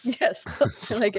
Yes